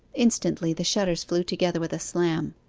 instantly the shutters flew together with a slam,